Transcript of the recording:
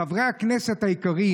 חברי הכנסת היקרים,